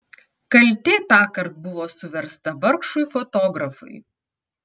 kaltė tąkart buvo suversta vargšui fotografui